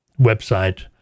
website